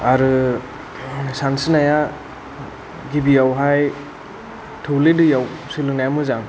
आरो सानस्रिनाया गिबियावहाय थौले दैयाव सोलोंनाया मोजां